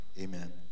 amen